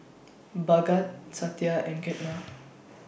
Bhagat Satya and Ketna